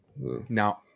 Now